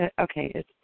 okay